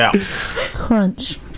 crunch